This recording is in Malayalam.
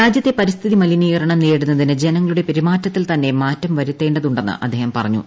രാജ്യത്തെ പരിസ്ഥിതി മലിനീകരണം നേരിടുന്നതിന് ജനങ്ങളുടെ പെരുമാറ്റത്തിൽ തന്നെ മാറ്റം വരുത്തേണ്ടതുണ്ടെന്ന് അദ്ദേഹം പറഞ്ഞു